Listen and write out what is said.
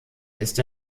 ist